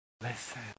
listen